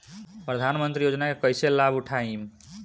प्रधानमंत्री योजना के कईसे लाभ उठाईम?